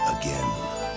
again